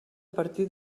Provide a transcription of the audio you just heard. partir